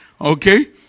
okay